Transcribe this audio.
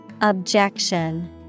Objection